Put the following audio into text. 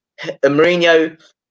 Mourinho